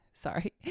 sorry